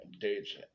dates